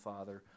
Father